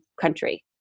country